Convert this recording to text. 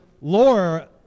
Laura